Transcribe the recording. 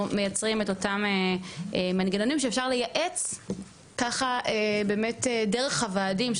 מייצרים את אותם מנגנונים שאפשר לייעץ ככה באמת דרך הוועדים,